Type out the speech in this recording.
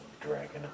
Dragon